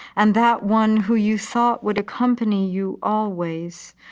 and that one who you thought would accompany you always,